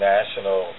National